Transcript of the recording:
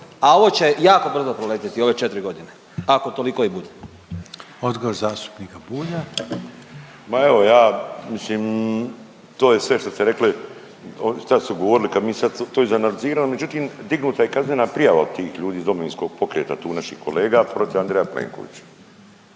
a ovo će jako brzo proletiti ove četiri godine, ako toliko i bude. **Reiner, Željko (HDZ)** Odgovor zastupnika Bulja. **Bulj, Miro (MOST)** Ma evo ja mislim to je sve što ste rekli, šta ste govorili kad mi sad to izanaliziramo, međutim dignuta je kaznena prijava od tih ljudi iz Domovinskog pokreta, tu naših kolega protiv Andreja Plenkovića.